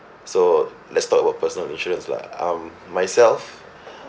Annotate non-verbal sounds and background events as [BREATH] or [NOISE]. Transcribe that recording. so let's talk about personal insurance lah um myself [BREATH]